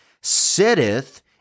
sitteth